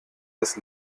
das